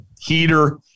heater